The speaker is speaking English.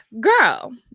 girl